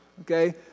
okay